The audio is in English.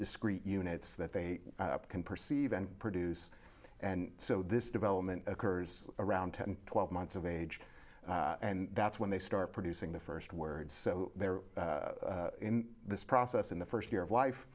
discrete units that they can perceive and produce and so this development occurs around ten twelve months of age and that's when they start producing the first word so they're in this process in the first year of